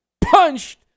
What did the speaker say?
punched